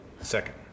Second